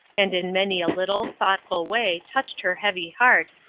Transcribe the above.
and in many a little, thoughtful way touched her heavy heart,